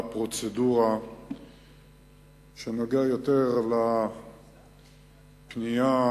בפרוצדורה שנוגעת יותר לפנייה,